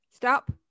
Stop